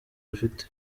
bafite